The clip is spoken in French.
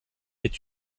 est